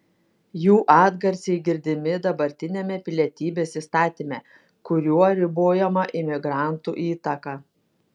jų atgarsiai girdimi dabartiniame pilietybės įstatyme kuriuo ribojama imigrantų įtaka